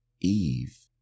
Eve